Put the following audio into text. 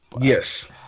Yes